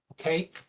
okay